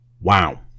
wow